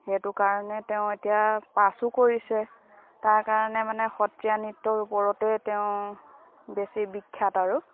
সেইটো কাৰণে তেওঁ এতিয়া পাছো কৰিছে তাৰ কাৰণে মানে সত্ৰীয়া নৃত্যৰ ওপৰতে তেওঁ বেছি বিখ্যাত আৰু